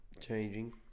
changing